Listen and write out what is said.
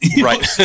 right